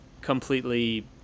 completely